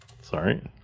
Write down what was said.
Sorry